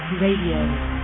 Radio